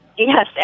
Yes